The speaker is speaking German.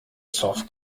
zoff